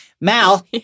Mal